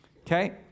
okay